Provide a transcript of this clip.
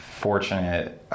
fortunate